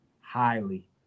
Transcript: highly